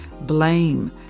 blame